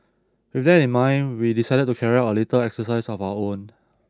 with that in mind we decided to carry out a little exercise of our own